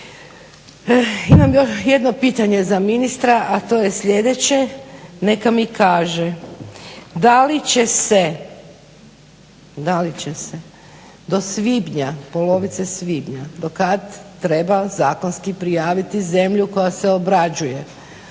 Imam ja jedno pitanje za ministra, a to je sljedeće, neka mi kaže da li će se, da li će se do svibnja, polovice svibnja do kad treba zakonski prijaviti zemlju koja se obrađuje